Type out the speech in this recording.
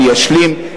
אני אשלים,